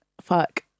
Fuck